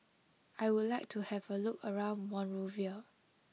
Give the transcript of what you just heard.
I would like to have a look around Monrovia